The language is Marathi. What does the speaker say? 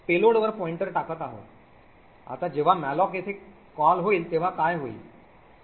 आता जेव्हा मॅलोक येथे कॉल होईल तेव्हा काय होईल